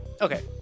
Okay